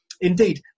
Indeed